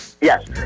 Yes